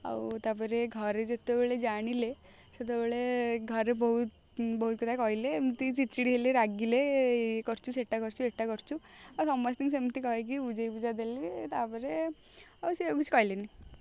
ଆଉ ତା'ପରେ ଘରେ ଯେତେବେଳେ ଜାଣିଲେ ସେତେବେଳେ ଘରେ ବହୁତ ବହୁତ କଥା କହିଲେ ଏମତି ଚିଡ଼୍ଚିଡ଼୍ ହେଲେ ରାଗିଲେ ଏଇ କରୁଛୁ ସେଇଟା କରୁଛୁ ଏଇଟା କରୁଛୁ ଆଉ ସମସ୍ତିଙ୍କି ସେମିତି କହିକି ବୁଝାଇ ବୁଝା ଦେଲି ତା'ପରେ ଆଉ ସିଏ ଆଉ କିଛି କହିଲେନି